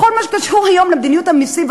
בכל מה שקשור היום למדיניות המסים,